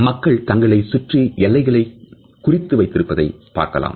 மக்கள் தங்களைச் சுற்றி எல்லைகளை குறித்து வைத்திருப்பதைப் பார்க்கலாம்